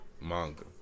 manga